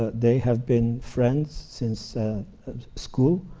ah they have been friends since school,